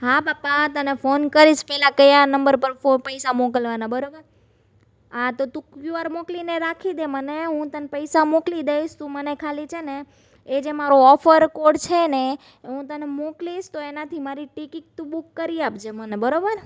હા બાપા તને ફોન કરીશ પહેલાં કયા નંબર પર પૈસા મોકલવાના બરાબર હા તો તું ક્યૂઆર મોકલીને રાખી દે મને હું તને પૈસા મોકલી દઇશ તું મને ખાલી છે ને એ જે મારો ઓફર કોડ છે ને હું તને મોકલીશ તો એનાથી મારી ટીકીટ તું બુક કરી આપજે મને બરાબર